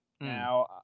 Now